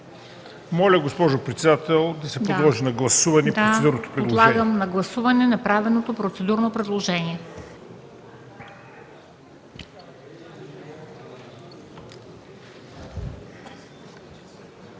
Моля, госпожо председател, да се подложи на гласуване процедурното предложение.